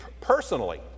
personally